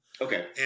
Okay